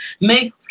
make